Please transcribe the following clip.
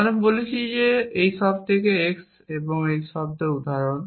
আমরা বলেছি যে একটি থেকে সব x এবং এটি যে একটি উদাহরণ